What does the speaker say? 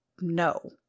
no